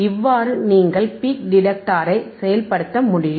இவ்வாறு நீங்கள் பீக் டிடெக்டரை செயல்படுத்த முடியும்